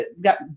got